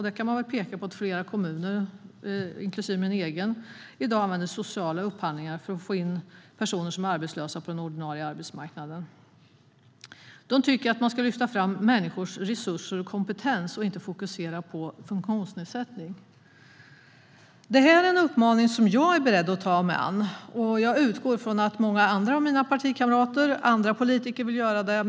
Där kan man väl peka på att flera kommuner, inklusive min egen, i dag använder sociala upphandlingar för att få in personer som är arbetslösa på den ordinarie arbetsmarknaden. Något som Lika Unika också tycker är att man ska lyfta fram människors resurser och kompetens och inte fokusera på funktionsnedsättning. Det här är en uppmaning som jag är beredd att ta mig an, och jag utgår från att många andra av mina partikamrater och andra politiker vill göra det.